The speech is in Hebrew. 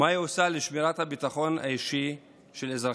מה היא עושה לשמירת הביטחון האישי של אזרחיה?